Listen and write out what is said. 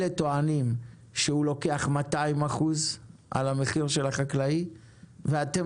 אלה טוענים שהוא לוקח 200 אחוז על המחיר של החקלאי ואתם